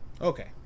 Okay